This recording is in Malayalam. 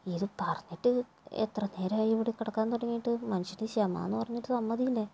ഇത് പറഞ്ഞിട്ട് എത്ര നേരമായി ഇവിടെ കിടക്കാൻ തുടങ്ങിയിട്ട് മനുഷ്യന് ക്ഷമ എന്ന് പറഞ്ഞിട്ട് സംഗതി ഇല്ലേ